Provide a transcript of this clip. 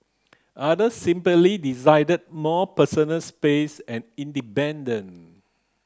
others simply desired more personal space and independence